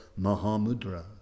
Mahamudra